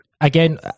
Again